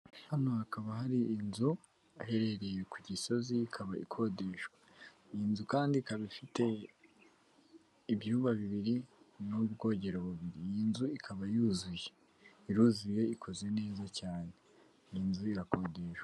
Hano hakaba hari inzu iherereye ku Gisozi, ikaba ikodeshwa. Iyi nzu kandi ikaba ifite ibyumba bibiri n'ubwogero bubiri. Iyi nzu ikaba yuzuye. Iruzuye ikoze neza cyane. Iyi inzu irakodeshwa.